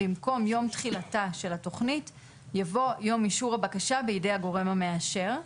במקום יום תחילתה של התכנית יבוא "יום אישור הבקשה בידי הגורם המאשר".